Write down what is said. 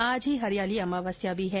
आज ही हरियाली अमावस्या भी है